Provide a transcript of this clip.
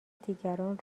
دیگران